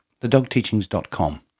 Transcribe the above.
thedogteachings.com